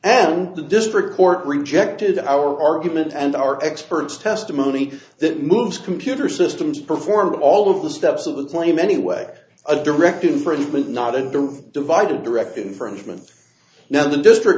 and the district court rejected our argument and our experts testimony that moves computer systems performed all of the steps of the claim anyway a direct infringement not of the divided direct infringement now the district